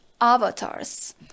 avatars